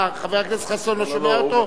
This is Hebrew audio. מה, חבר הכנסת חסון לא שומע אותו?